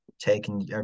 taking